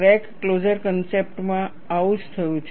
crack closure કન્સેપ્ટમાં આવું જ થયું છે